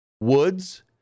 Woods